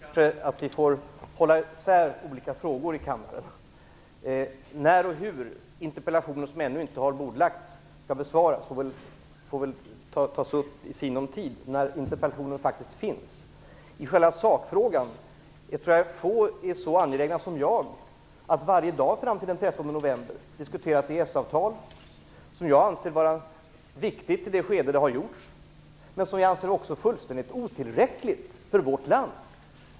Herr talman! Jag tycker att vi skall försöka hålla isär olika frågor i kammaren. När och hur en interpellation som ännu inte anmälts skall besvaras får tas upp i sinom tid när interpellationen faktiskt finns. I själva sakfrågan är det få som är så angelägna som jag att varje dag fram till den 13 november diskutera EES-avtalet, som jag anser var viktigt i det skede det skrevs men som jag anser vara fullständingt otillräckligt för vårt land.